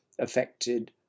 affected